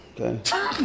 Okay